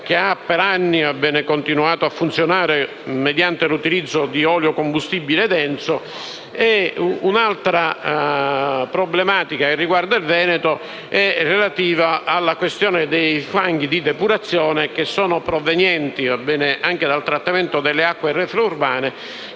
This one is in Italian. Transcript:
per anni a funzionare mediante l'utilizzo di olio combustibile denso. Un'altra problematica che riguarda il Veneto è quella relativa alla questione dei fanghi di depurazione, che sono provenienti anche dal trattamento delle acque reflue urbane